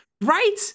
right